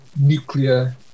nuclear